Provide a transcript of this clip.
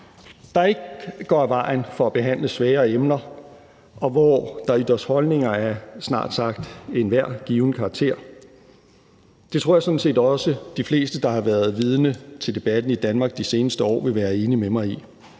ikke går af vejen for at behandle svære emner, og hvor der ytres holdninger af snart sagt enhver given karakter. Det tror jeg sådan set også at de fleste, der har været vidne til debatten i Danmark de seneste år, vil være enige med mig i.